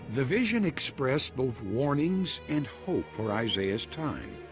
the vision expressed both warnings and hope for isaiah's time,